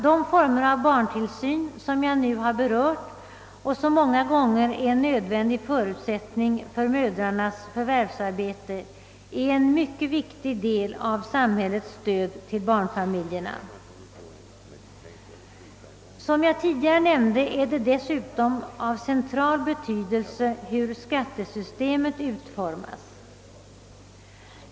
De former av barntillsyn, som jag nu berört och som många gånger är en nödvändig förutsättning för att mödrarna skall kunna ta förvärvsarbete, är en mycket viktig del av samhällets stöd till barnfamiljerna. Som jag tidigare nämnde är det dessutom av central betydelse hur skattesystemet utformas.